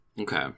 okay